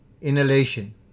inhalation